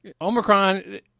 Omicron